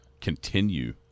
continue